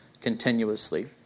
continuously